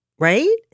Right